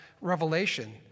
revelation